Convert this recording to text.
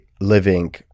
living